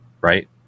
right